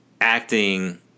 acting